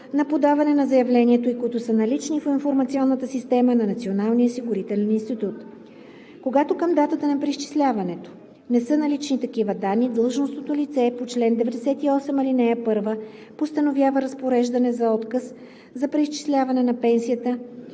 на подаване на заявлението и които са налични в информационната система на Националния осигурителен институт. Когато към датата на преизчисляването не са налични такива данни, длъжностното лице по чл. 98, ал. 1 постановява разпореждане за отказ за преизчисляване на пенсията,